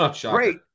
Great